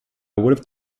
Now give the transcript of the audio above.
would